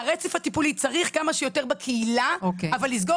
כן, כן, שתי נקודות.